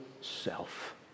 self